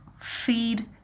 feed